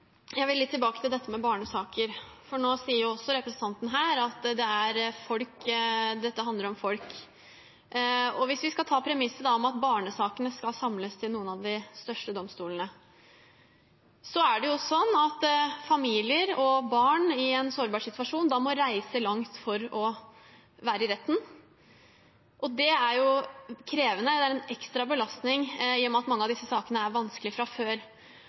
Jeg vil litt tilbake til dette med barnesaker. Nå sier jo også representanten her at dette handler om folk. Hvis vi da skal ta premisset om at barnesakene skal samles ved noen av de største domstolene, er det jo sånn at familier og barn i en sårbar situasjon da må reise langt for å være i retten. Det er jo krevende. Det er en ekstra belastning i og med at mange av disse sakene er vanskelige fra før.